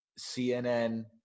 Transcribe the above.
CNN